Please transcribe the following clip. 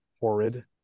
horrid